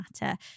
matter